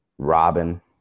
robin